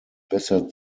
besser